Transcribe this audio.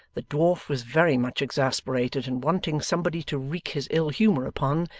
the dwarf was very much exasperated, and wanting somebody to wreak his ill-humour upon,